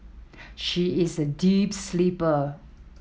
she is a deep sleeper